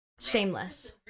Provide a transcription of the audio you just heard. Shameless